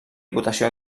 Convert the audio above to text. votació